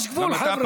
יש גבול, חבר'ה.